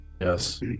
Yes